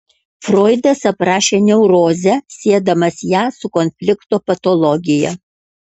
froidas aprašė neurozę siedamas ją su konflikto patologija